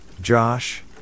Josh